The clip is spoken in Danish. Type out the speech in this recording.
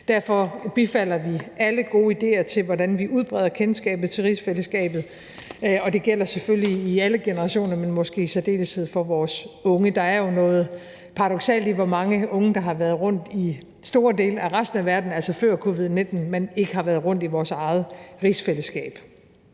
Derfor bifalder vi alle gode idéer til, hvordan vi udbreder kendskabet til rigsfællesskabet, og det gælder selvfølgelig alle generationer, men måske i særdeleshed for vores unge. Der er noget paradoksalt i, hvor mange unge der har været rundt i store dele af resten af verden, altså før covid-19, men ikke har været rundt i vores eget rigsfællesskab.